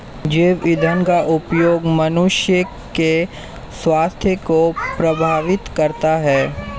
जैव ईंधन का उपयोग मनुष्य के स्वास्थ्य को प्रभावित करता है